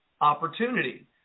opportunity